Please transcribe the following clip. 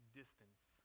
distance